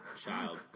child